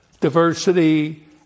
diversity